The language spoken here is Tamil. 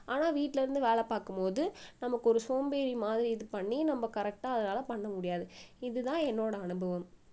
ஆனால் வீட்டில் இருந்து வேலை பார்க்கு போது நமக்கு ஒரு சோம்பேறி மாதிரி இது பண்ணி நம்ம கரெக்டாக அதனால பண்ண முடியாது இதுதான் என்னோடய அனுபவம்